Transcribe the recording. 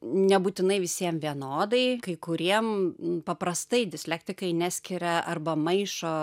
nebūtinai visiem vienodai kai kuriem paprastai dislektikai neskiria arba maišo